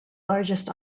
largest